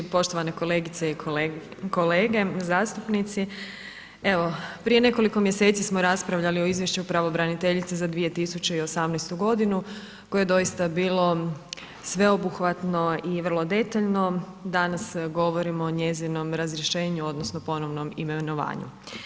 Poštovane kolegice i kolege zastupnici, evo prije nekoliko mjeseci smo raspravljali o izvješću pravobraniteljice za 2018.g. koje je doista bilo sveobuhvatno i vrlo detaljno, danas govorimo o njezinom razrješenju odnosno ponovnom imenovanju.